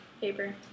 paper